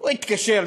הכוונה: